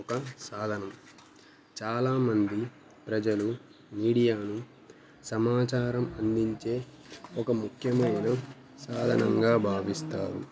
ఒక సాధనం చాలామంది ప్రజలు మీడియాను సమాచారం అందించే ఒక ముఖ్యమైన సాధనంగా భావిస్తారు